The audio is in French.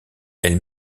elle